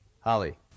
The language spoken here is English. Holly